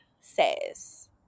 says